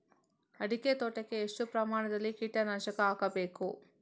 ಅಡಿಕೆ ತೋಟಕ್ಕೆ ಎಷ್ಟು ಪ್ರಮಾಣದಲ್ಲಿ ಕೀಟನಾಶಕ ಹಾಕಬೇಕು?